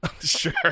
Sure